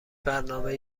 برنامه